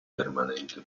permanente